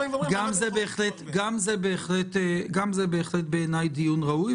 גם זה בהחלט דיון ראוי בעיניי.